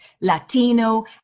Latino